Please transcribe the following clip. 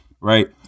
right